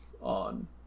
on